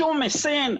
שום מסין,